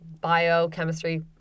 biochemistry